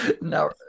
now